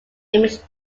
image